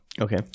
okay